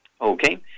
Okay